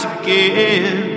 again